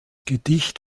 gedicht